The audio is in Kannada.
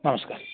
ನಮಸ್ಕಾರ